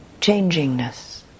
changingness